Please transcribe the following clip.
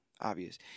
obvious